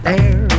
air